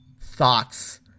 thoughts